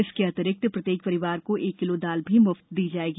इसके अंतिरिक्त प्रत्येक परिवार को एक किलो दाल भी मुफ्त दी जाएगी